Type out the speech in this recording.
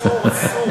יצחק,